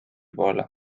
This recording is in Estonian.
poole